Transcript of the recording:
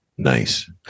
nice